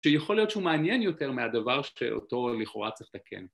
שלום לך ארץ נהדרת